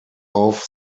auf